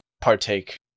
partake